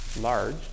large